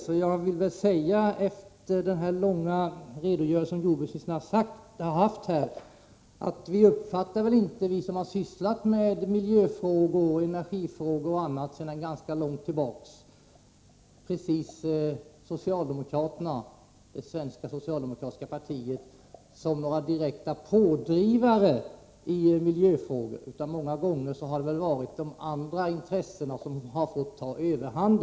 Efter att ha lyssnat till jordbruksministerns långa redogörelse vill jag framhålla att vi som har sysslat med bl.a. miljöfrågor och energifrågor under en lång tid inte precis uppfattar socialdemokraterna i Sverige som pådrivare i miljöfrågor. Många gånger har andra intressen tagit överhand.